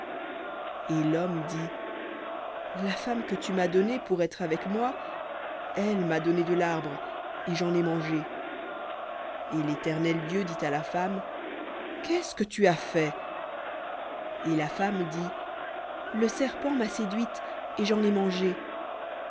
et l'homme dit la femme que tu as donnée avec moi elle m'a donné de l'arbre et j'en ai mangé et l'éternel dieu dit à la femme qu'est-ce que tu as fait et la femme dit le serpent m'a séduite et j'en ai mangé